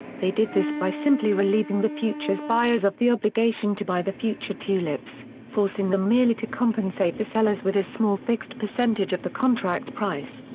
they did this by simply relieving the futures buyers of the obligation to buy the future tulips, forcing them merely to compensate the sellers with a small fixed percentage of the contract price.